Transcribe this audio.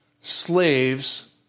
Slaves